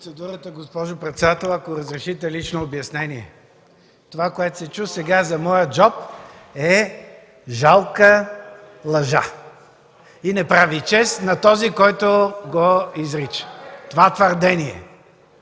процедурата, госпожо председател, ако разрешите лично обяснение. Това, което се чу сега за моя джоб, е жалка лъжа и не прави чест на този, който изрича това твърдение.